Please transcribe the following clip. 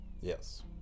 Yes